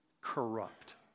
corrupt